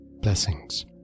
Blessings